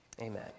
Amen